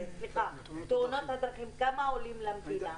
תאונות הדרכים, כמה עולות למדינה?